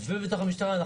ובתוך המשטרה.